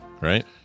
Right